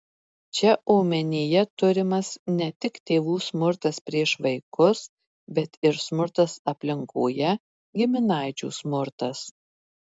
čia omenyje turimas ne tik tėvų smurtas prieš vaikus bet ir smurtas aplinkoje giminaičių smurtas